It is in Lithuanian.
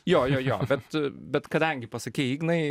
jo jo jo bet bet kadangi pasakei ignai